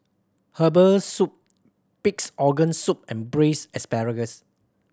herbal soup Pig's Organ Soup and Braised Asparagus